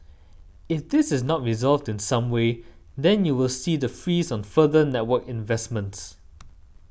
if this is not resolved in some way then you will see the freeze on further network investments